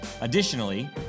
Additionally